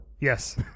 Yes